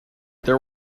there